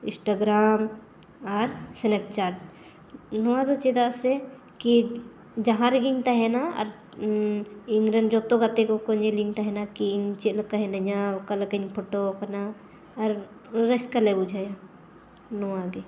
Instagram ᱟᱨ Snapchat ᱱᱚᱣᱟ ᱫᱚ ᱪᱮᱫᱟᱜ ᱥᱮ ᱠᱤ ᱡᱟᱦᱟᱸ ᱨᱮᱜᱮᱧ ᱛᱟᱦᱮᱱᱟ ᱟᱨ ᱤᱧ ᱨᱮᱱ ᱡᱷᱚᱛᱚ ᱜᱟᱛᱮ ᱠᱚᱠᱚ ᱧᱮᱞᱤᱧ ᱛᱟᱦᱮᱱᱟ ᱠᱤ ᱤᱧ ᱪᱮᱫ ᱞᱮᱠᱟ ᱦᱤᱱᱟᱹᱧᱟ ᱚᱠᱟ ᱞᱮᱠᱟᱧ ᱯᱷᱳᱴᱳᱣᱟᱠᱟᱱᱟ ᱟᱨ ᱨᱟᱹᱥᱠᱟᱹ ᱞᱮ ᱵᱩᱡᱷᱟᱹᱣᱟ ᱱᱚᱣᱟᱜᱮ